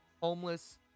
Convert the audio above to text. homeless